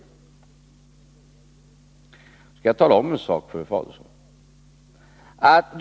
Jag skall tala om en sak för Ulf Adelsohn.